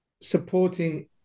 supporting